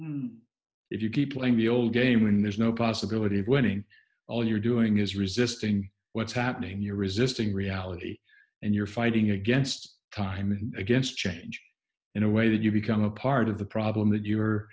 new if you keep playing the old game when there's no possibility of winning all you're doing is resisting what's happening you're resisting reality and you're fighting against time and against change in a way that you become a part of the problem that you are